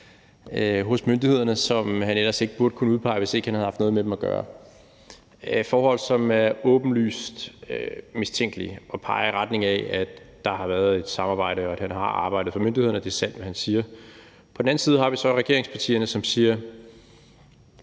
hos myndighederne, som han ellers ikke burde kunne udpege, hvis ikke han havde haft noget med dem at gøre. Det er forhold, som er åbenlyst mistænkelige og peger i retning af, at der har været et samarbejde, og at han har arbejdet for myndighederne, og at det er sandt, hvad han siger. På den anden side har vi så regeringspartierne, som siger,